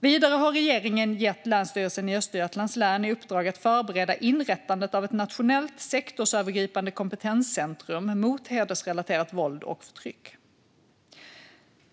Vidare har regeringen gett Länsstyrelsen i Östergötlands län i uppdrag att förbereda inrättandet av ett nationellt sektorsövergripande kompetenscentrum mot hedersrelaterat våld och förtryck.